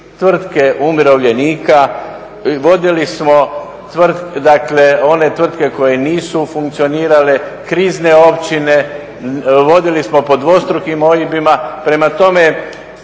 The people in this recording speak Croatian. tvrtke umirovljenika, vodili smo dakle one tvrtke koje nisu funkcionirale, krizne općine, vodili smo pod dvostrukim OIB-ima. Prema tome